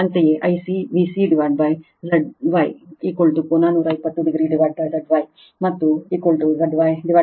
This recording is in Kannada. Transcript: ಅಂತೆಯೇ I c V c Z Y ಕೋನ 120 o Z Y ಮತ್ತು Z Y I a